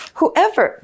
Whoever